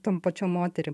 tom pačiom moterim